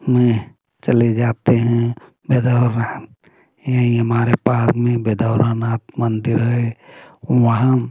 में चले जाते हैं बेदौरा यहीं हमारे पास में बेदौरा नाथ मंदिर है वहाँ